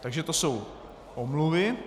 Takže to jsou omluvy.